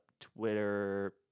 Twitter